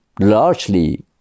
largely